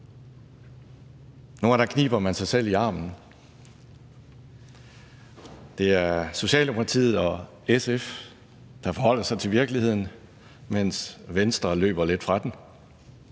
gange må knibe sig selv i armen: Det er Socialdemokratiet og SF, der forholder sig til virkeligheden, mens Venstre løber lidt fra den.